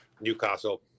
Newcastle